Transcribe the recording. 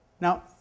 Now